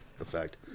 effect